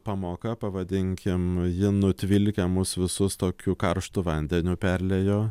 pamoka pavadinkim ji nutvilkė mus visus tokiu karštu vandeniu perliejo